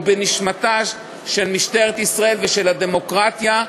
הוא בנשמתה של משטרת ישראל ושל הדמוקרטיה.